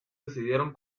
decidieron